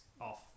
off